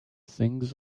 things